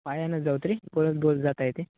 पायानं जाऊ तरी बोलत बोलत जाता येत आहे